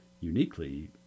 uniquely